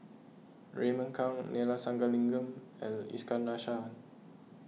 Raymond Kang Neila Sathyalingam and Iskandar Shah